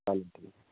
thank you